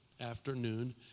afternoon